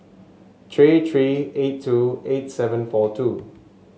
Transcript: three three eight two eight seven four two